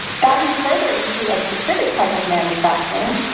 diving further into a specific type of manufacturing,